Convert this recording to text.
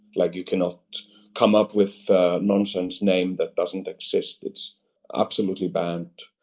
like you cannot come up with a nonsense name that doesn't exist, it's absolutely banned.